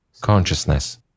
consciousness